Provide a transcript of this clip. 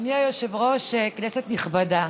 אדוני היושב-ראש, כנסת נכבדה,